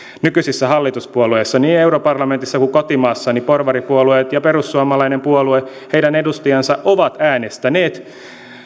nykyisissä hallituspuolueissa niin europarlamentissa kuin kotimaassa porvaripuolueet ja perussuomalainen puolue heidän edustajansa ovat äänestäneet